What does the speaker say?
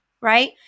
right